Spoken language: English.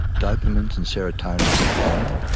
dopamine and serotonin is ah flowing,